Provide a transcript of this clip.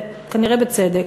כנראה בצדק.